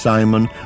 Simon